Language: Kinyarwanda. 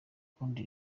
kundi